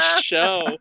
show